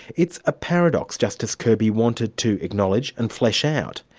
it's a paradox justice kirby wanted to acknowledge and flesh out.